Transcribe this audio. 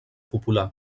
popular